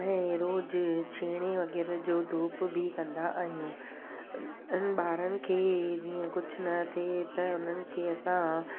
ऐं रोज़ छेणे वग़ैरह जो धूप बि कंदा आहियूं उन्हनि ॿारनि खे जीअं कुझु न थिए त उन्हनि खे असां